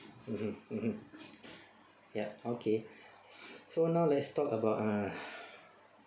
mmhmm mmhmm ya okay so now let's talk about ah